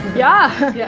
yeah yeah